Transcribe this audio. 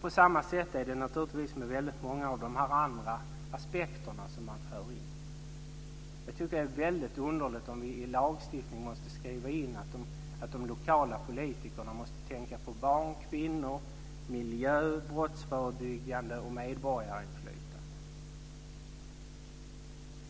På samma sätt är det naturligtvis med många av de andra aspekter som man för in. Det är väldigt underligt om vi i lagstiftningen måste skriva in att de lokala politikerna måste tänka på barn, kvinnor, miljö, brottsförebyggande arbete och medborgarinflytande.